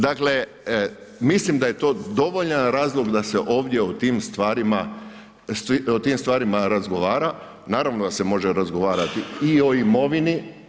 Dakle, mislim da je to dovoljan razlog da se ovdje o tim stvarima, o tim stvarima razgovara, naravno da se može razgovarati i o imovini.